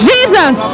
Jesus